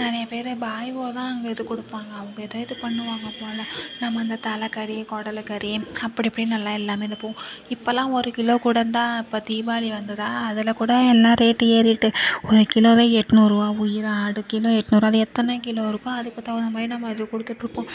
நிறைய பேர் பாய்வோகதான் அங்கே இது கொடுப்பாங்க அவங்க எதோ இது பண்ணுவாங்க போல் நம்ம அந்த தலை கறி குடலு கறி அப்படி இப்படினெல்லாம் எல்லாமே இருக்கும் இப்பெலாம் ஒரு கிலோ கூட இருந்தால் இப்போ தீபாளி வந்துதான் அதில் கூட எல்லா ரேட்டு ஏறிகிட்டு ஒரு கிலோவே எட்நூறு ரூபா உயிராக ஆடு கிலோ எட்நூறு ரூபா எத்தனை கிலோ இருக்கோ அதுக்கு தகுந்த மாதிரி நம்ம அது கொடுத்துட்ருக்கோம்